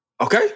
Okay